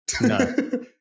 No